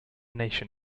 nation